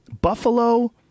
buffalo